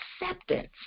acceptance